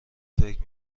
فکر